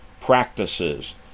practices